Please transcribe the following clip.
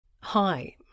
Hi